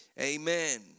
Amen